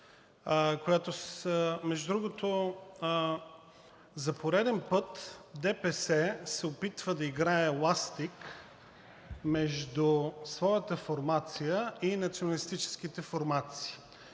Между другото, за пореден път ДПС се опитва да играе ластик между своята формация и националистическите формации.